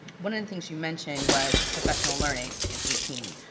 one of the things you mentioned was professional learning, in eighteen.